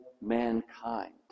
mankind